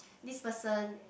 this person